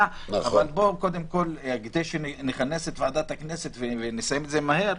אבל כדי שנכנס את ועדת הכנסת ונסיים עם זה מהר,